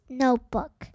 notebook